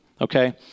okay